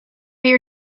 your